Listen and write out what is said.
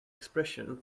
expression